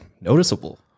noticeable